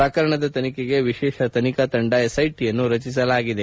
ಪ್ರಕರಣದ ತನಿಖೆಗೆ ವಿಶೇಷ ತನಿಖಾ ತಂಡ ಎಸ್ಐಟಿಯನ್ನು ರಚಿಸಲಾಗಿದೆ